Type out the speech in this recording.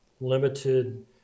limited